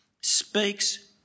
speaks